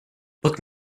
book